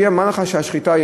מי אמר לך שזה השחיטה?